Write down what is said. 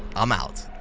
i'm out.